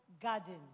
garden